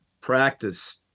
practice